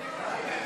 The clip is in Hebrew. הינה כהנא.